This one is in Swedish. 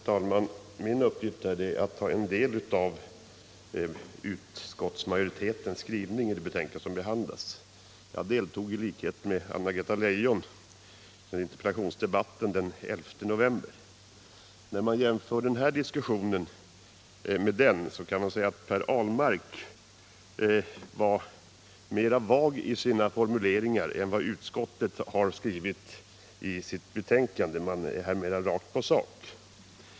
Herr talman! Min uppgift är att beröra en del av utskottsmajoritetens skrivning i det betänkande som nu behandlas. I likhet med Anna-Greta Leijon deltog jag i interpellationsdebatten den 11 november. När man jämför dagens diskussion med den interpellationsdebatten kan man säga att Per Ahlmark var mera vag i sina formuleringar än vad utskottet är i sitt betänkande. I utskottsbetänkandet och dagens debatt är man mera rakt på sak.